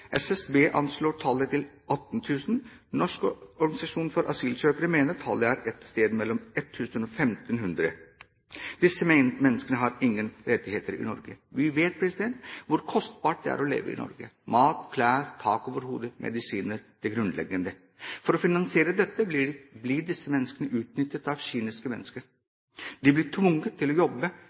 anslår tallet til 18 000. Norsk Organisasjon for Asylsøkere mener tallet er et sted mellom 1 000 og 1 500. Disse menneskene har ingen rettigheter i Norge. Vi vet hvor kostbart det er å leve i Norge: mat, klær, tak over hodet, medisiner – det grunnleggende. For å finansiere dette lar disse menneskene seg utnytte av kyniske mennesker. De blir tvunget til å jobbe